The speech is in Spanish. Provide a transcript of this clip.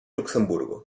luxemburgo